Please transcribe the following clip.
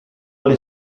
alle